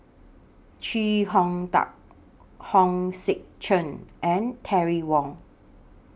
Chee Hong Tat Hong Sek Chern and Terry Wong